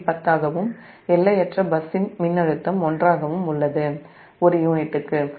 10 ஆகவும் எல்லையற்ற பஸ்ஸின் மின்னழுத்தம் 1 ஆகவும் ஒரு யூனிட்டுக்கு உள்ளது